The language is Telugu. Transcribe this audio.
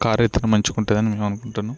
కార్ అయితేనే మంచిగుంటుందని మేము అనుకుంటున్నాం